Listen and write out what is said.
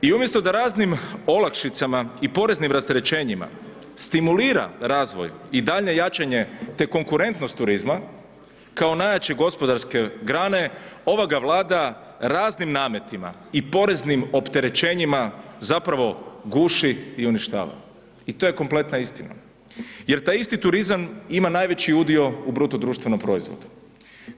I umjesto da raznim olakšicama i poreznim rasterećenjima stimulira razvoj i daljnje jačanje te konkurentnost turizma kao najjače gospodarske grane, ova ga Vlada raznim nametima i poreznim opterećenjima zapravo guši i uništava i to je kompletna istina jer taj isti turizam ima najveći udio u BDP-u.